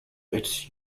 its